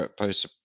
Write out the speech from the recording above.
post